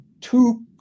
two